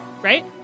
right